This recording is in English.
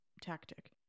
tactic